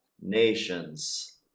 nations